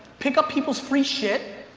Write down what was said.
pick up people's free shit.